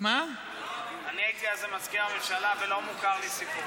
אני הייתי אז מזכיר הממשלה ולא מוכר לי סיפור כזה.